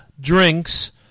drinks